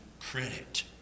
credit